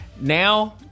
now